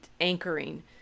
anchoring